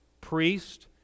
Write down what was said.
priest